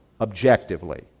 objectively